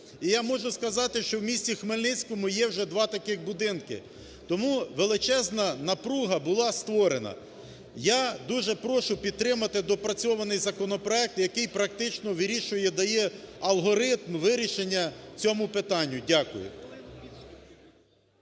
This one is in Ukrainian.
І я можу сказати, що у місті Хмельницькому є вже два таких будинки. Тому величезна напруга була створена. Я дуже прошу підтримати доопрацьований законопроект, який практично вирішує, дає алгоритм вирішення цьому питанню. Дякую.